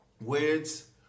words